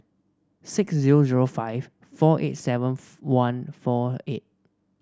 six zero zero five four eight seven one four eight